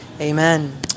Amen